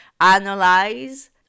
Analyze